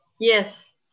Yes